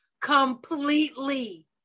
completely